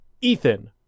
Ethan